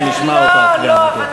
כדי שנשמע גם אותך.